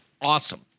awesome